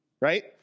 right